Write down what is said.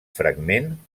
fragment